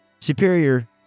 Superior